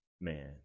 man